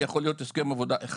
יכול להיות הסכם עבודה אחד.